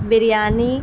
biryani